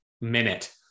minute